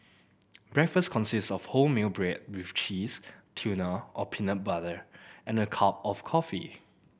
breakfast consist of wholemeal bread with cheese tuna or peanut butter and a cup of coffee